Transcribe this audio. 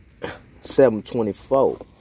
724